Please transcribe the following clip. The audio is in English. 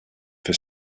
for